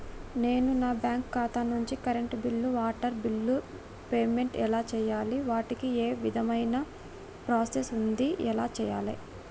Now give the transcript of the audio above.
నేను నా బ్యాంకు ఖాతా నుంచి కరెంట్ బిల్లో వాటర్ బిల్లో పేమెంట్ ఎలా చేయాలి? వాటికి ఏ విధమైన ప్రాసెస్ ఉంటది? ఎలా చేయాలే?